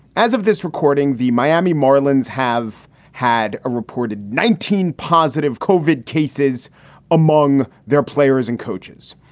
as of this recording, the miami marlins have had a reported nineteen positive covid cases among their players and coaches.